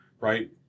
right